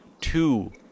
two